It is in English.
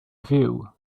view